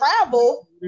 travel